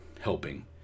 helping